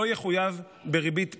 לא יחויב בריבית פיגורים.